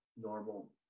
normal